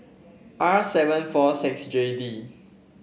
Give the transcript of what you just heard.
R seven four six J D